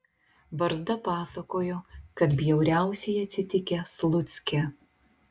barzda pasakojo kad bjauriausiai atsitikę slucke